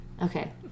Okay